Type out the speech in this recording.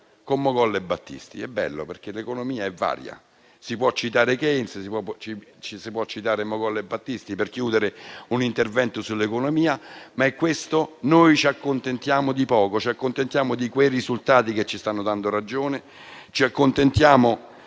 con Mogol e Battisti. Ed è stato bello, perché l'economia è varia. Si può citare Keynes, si possono citare Mogol e Battisti per chiudere un intervento sull'economia, ma è questo: noi ci accontentiamo di poco; ci accontentiamo di quei risultati che ci stanno dando ragione, di avere un avanzo